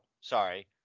sorry